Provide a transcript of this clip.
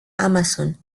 amazon